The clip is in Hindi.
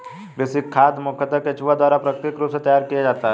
कृमि खाद मुखयतः केंचुआ द्वारा प्राकृतिक रूप से तैयार किया जाता है